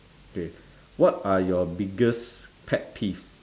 okay what are your biggest pet peeves